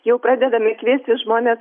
jau pradedame kviesti žmones